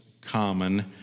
common